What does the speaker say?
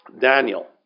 Daniel